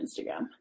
Instagram